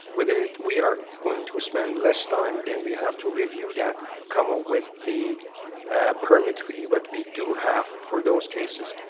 whether we are going to spend less time than we have to review that come ah with the permit fee what we do have for those cases.